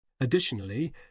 Additionally